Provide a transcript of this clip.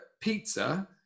pizza